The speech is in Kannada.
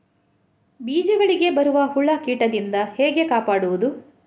ಬೀಜಗಳಿಗೆ ಬರುವ ಹುಳ, ಕೀಟದಿಂದ ಹೇಗೆ ಕಾಪಾಡುವುದು?